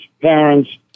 parents